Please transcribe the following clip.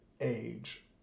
age